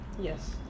Yes